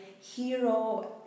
hero